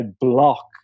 block